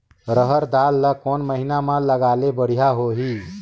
रहर दाल ला कोन महीना म लगाले बढ़िया होही?